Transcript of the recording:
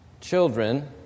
children